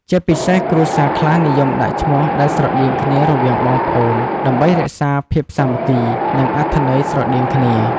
ជាពិសេសគ្រួសារខ្លះនិយមដាក់ឈ្មោះដែលស្រដៀងគ្នារវាងបងប្អូន ដើម្បីរក្សាភាពសាមគ្គី និងអត្ថន័យស្រដៀងគ្នា។